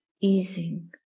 easing